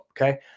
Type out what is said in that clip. Okay